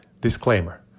Disclaimer